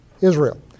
Israel